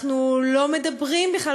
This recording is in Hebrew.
אנחנו לא מדברים בכלל,